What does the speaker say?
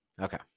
okay